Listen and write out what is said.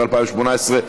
מיסי העירייה ומיסי הממשלה (פטורין)